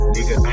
Nigga